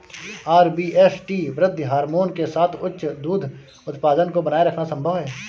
RBST वृद्धि hormone के साथ उच्च दूध उत्पादन को बनाए रखना संभव है